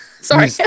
sorry